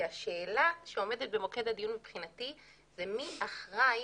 כי השאלה שעומדת במוקד הדיון מבחינתי היא מי אחראי